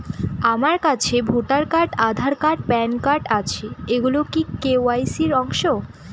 আমার কাছে voter card Aadhaar card PAN card আছে এগুলো কি কে.ওয়াই.সি র অংশ?